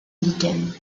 lichen